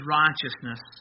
righteousness